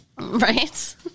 Right